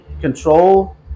control